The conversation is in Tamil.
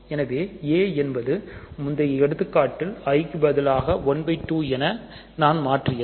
A என்பது முந்தைய எடுத்துக்காட்டில் i க்கு பதிலாக12 என நான் மாற்றியது